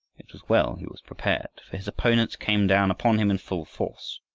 it was well he was prepared, for his opponents came down upon him in full force.